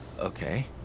Okay